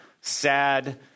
sad